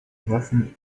waffen